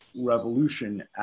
revolution